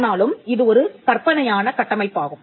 ஆனாலும் இது ஒரு கற்பனையான கட்டமைப்பாகும்